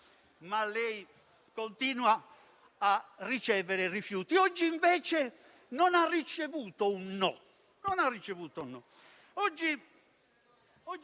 Eppure, continua a ricevere rifiuti. Oggi non ha ricevuto un no,